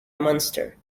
munster